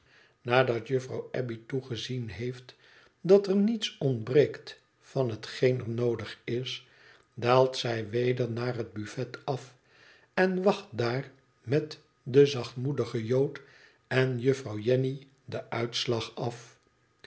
nadat juffrouw abbey toegezien heeft dat er niets ontbreekt van hetgeen er noodig is daalt zij weder naar het buffet af en wacht daar met den zachtmoedigen jood en juffrouw jenny den uitslag af